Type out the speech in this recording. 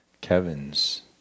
Kevin's